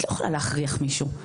את לא יכולה להכריח מישהו.